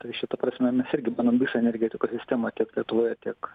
tai šita prasme mes irgi bandom visą energetikos sistemą tiek lietuvoje tiek